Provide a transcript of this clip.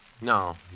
No